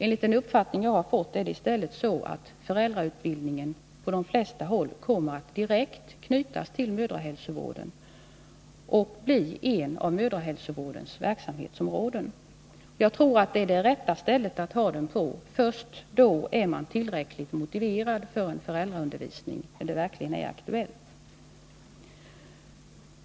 Enligt den uppfattning jag har fått är det i stället så att föräldrautbildningen på de flesta håll kommer att direkt knytas till mödrahälsovården och bli en av mödrahälsovårdens verksamhetsområden. Jag tror att det är det rätta stället att ha föräldrautbildningen på. Man är tillräckligt motiverad för en föräldraundervisning först när det verkligen är aktuellt.